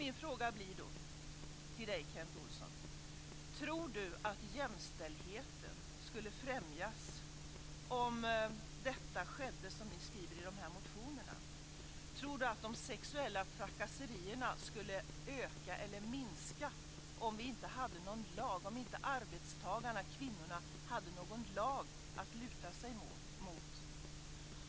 Min fråga till Kent Olsson blir då: Tror Kent Olsson att jämställdheten skulle främjas om det som ni skriver i dessa motioner skulle ske? Tror Kent Olsson att de sexuella trakasserierna skulle öka eller minska om inte arbetstagarna, kvinnorna, hade någon lag att luta sig emot?